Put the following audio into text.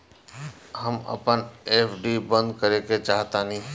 हम अपन एफ.डी बंद करेके चाहातानी